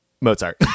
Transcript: mozart